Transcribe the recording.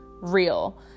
real